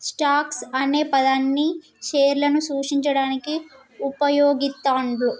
stocks అనే పదాన్ని షేర్లను సూచించడానికి వుపయోగిత్తండ్రు